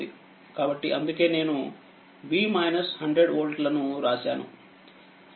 కాబట్టిఅందుకేనేనుV 100వోల్ట్లనువ్రాశాను